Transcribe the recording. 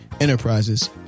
enterprises